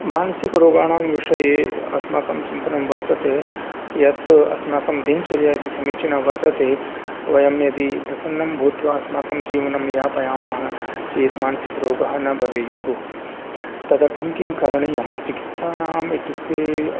मानसिकरोगाणां विषये अस्माकं चिन्तनं वर्तते यत् अस्माकं दिनचर्या यदि समीचीना वर्तते वयं यदि प्रसन्नं भूत्वा अस्माकं जीवनं यापयामः चेत् मानसिकरोगः न भवेयुः तदर्थं किं करणीयं चिकित्सानाम् इत्युक्ते